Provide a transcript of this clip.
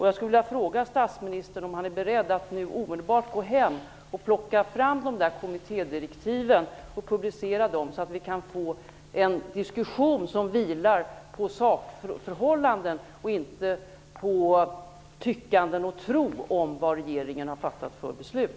Jag skulle vilja fråga statsministern om han är beredd att omedelbart ta fram kommittédirektiven och publicera dem, så att vi kan få en diskussion som vilar på sakförhållanden och inte på tyckanden och tro om vad regeringen har fattat för beslut.